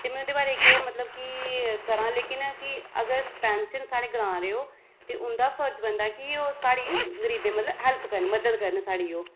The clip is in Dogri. ते में उं'दे बारे च केह् मतलब की करां लेकिन कि अगर सरपैंच साढ़े ग्रां दे ओह् ते उं'दा फर्ज बनदा ऐ कि ओह् साढ़ी गरीबें ई मतलब हैल्प करन मदद करन साढ़ी ओह्